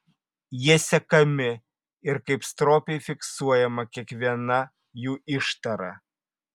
jie sekami ir kaip stropiai fiksuojama kiekviena jų ištara